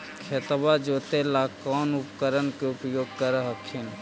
खेतबा जोते ला कौन उपकरण के उपयोग कर हखिन?